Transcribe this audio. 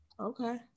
Okay